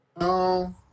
no